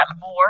more